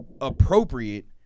appropriate